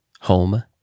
HOME